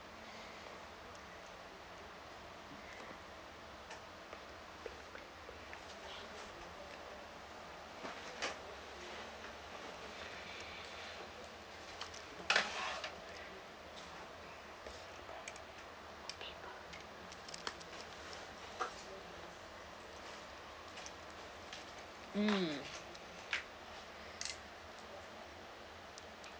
mm